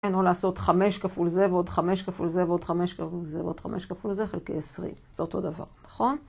או לעשות 5 כפול זה ועוד 5 כפול זה ועוד 5 כפול זה ועוד 5 כפול זה חלקי 20, זה אותו דבר, נכון?